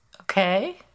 Okay